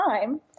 time